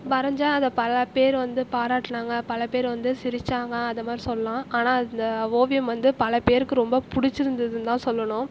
வரைஞ்சேன் அதை பல பேர் வந்து பாராட்டினாங்க பல பேர் வந்து சிரிச்சாங்க அதை மாதிரி சொல்லலாம் ஆனால் இந்த ஓவியம் வந்து பல பேருக்கு வந்து பிடிச்சிருந்துதுன்னு தான் சொல்லணும்